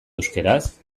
euskaraz